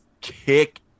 kick